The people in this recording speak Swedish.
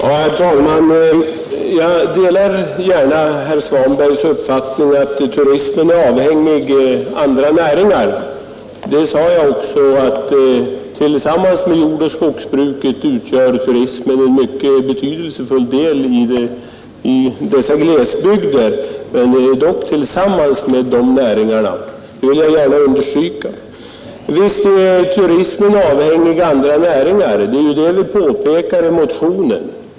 Herr talman! Jag delar herr Svanbergs uppfattning att turismen är avhängig av andra näringar. Jag sade också att tillsammans med jordoch skogsbruket utgör turismen en mycket betydelsefull del av näringslivet i glesbygderna — och även i kombination med de två andra näringarna, det vill jag gärna understryka. Visst är turismen avhängig av andra näringar; det är ju det vi påpekar i motionen.